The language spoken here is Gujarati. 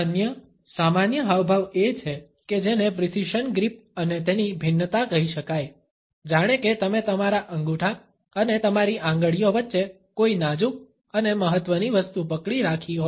અન્ય સામાન્ય હાવભાવ એ છે કે જેને પ્રિસિશન ગ્રીપ અને તેની ભિન્નતા કહી શકાય જાણે કે તમે તમારા અંગૂઠા અને તમારી આંગળીઓ વચ્ચે કોઈ નાજુક અને મહત્વની વસ્તુ પકડી રાખી હોય